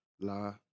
La